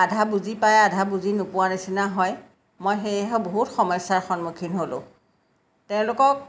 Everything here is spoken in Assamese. আধা বুজি পায় আধা বুজি নোপোৱাৰ নিচিনা হয় মই সেয়েহে বহুত সমস্যাৰ সন্মুখীন হ'লোঁ তেওঁলোকক